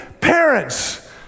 Parents